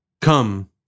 Come